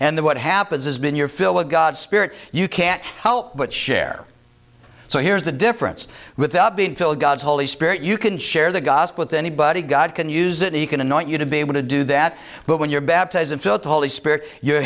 and the what happens is been your fill of god spirit you can't help but share so here's the difference without being filled god's holy spirit you can share the gossip with anybody god can use it or you can anoint you to be able to do that but when you're baptized and filled the holy spirit you